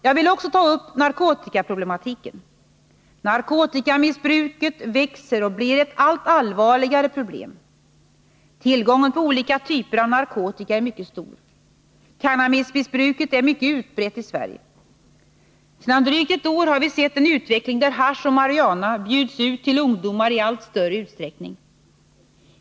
Jag vill också ta upp narkotikaproblematiken. Narkotikamissbruket växer och blir ett allt allvarligare problem. Tillgången på olika typer av narkotika är mycket stor. Cannabismissbruket är mycket utbrett i Sverige. Sedan drygt ett år har vi sett en utveckling där hasch och marijuana bjuds ut till ungdomar i allt större utsträckning.